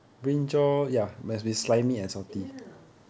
!eeyer!